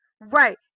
Right